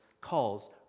calls